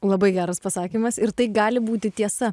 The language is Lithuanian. labai geras pasakymas ir tai gali būti tiesa